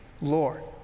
Lord